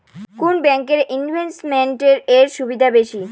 কোন ব্যাংক এ ইনভেস্টমেন্ট এর সুবিধা বেশি?